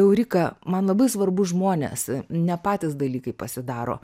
eurika man labai svarbu žmonės ne patys dalykai pasidaro